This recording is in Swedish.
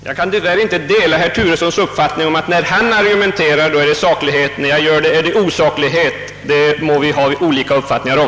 Herr talman! Jag kan tyvärr inte dela herr Turessons uppfattning om att när han argumenterar är det saklighet, när jag argumenterar är det osaklighet — det må vi ha olika uppfattningar om.